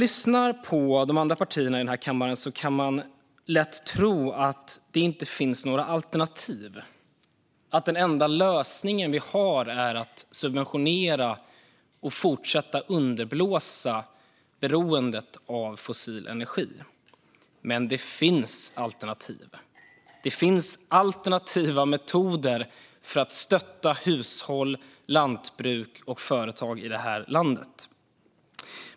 Lyssnar man på de andra partierna i kammaren kan man lätt få för sig att det inte finns några alternativ, att den enda lösningen vi har är att subventionera och fortsätta underblåsa beroendet av fossil energi. Men det finns alternativ. Det finns alternativa metoder för att stötta hushåll, lantbruk och företag i vårt land.